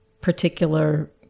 particular